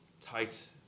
tight